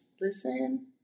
listen